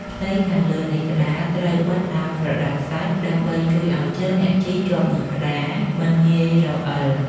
ផ្ទៃខាងលើនៃក្ដារត្រូវបិទដោយក្រដាសខ្សាច់ ដើម្បីជួយឱ្យជើងអ្នកជិះជាប់នឹងក្ដារមិនងាយរអិល។